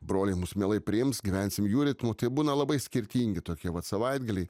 broliai mus mielai priims gyvensim jų ritmu tai būna labai skirtingi tokie vat savaitgaliai